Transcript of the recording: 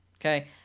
okay